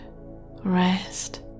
rest